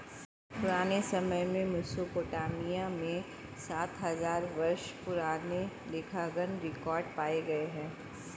पुराने समय में मेसोपोटामिया में सात हजार वर्षों पुराने लेखांकन रिकॉर्ड पाए गए हैं